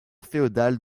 féodale